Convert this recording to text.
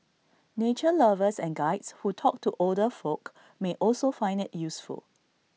nature lovers and Guides who talk to older folk may also find IT useful